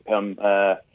become